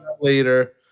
later